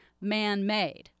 man-made